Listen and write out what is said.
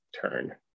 turn